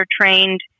trained